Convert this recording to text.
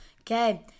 Okay